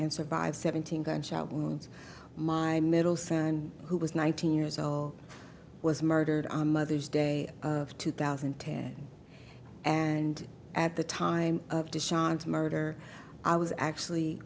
and survive seventeen gunshot wounds my middle son who was nineteen years old was murdered on mother's day of two thousand and ten and at the time of to sean's murder i was actually